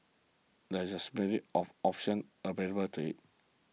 that is simply of option available to it